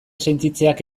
sentitzeak